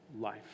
life